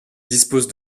dispose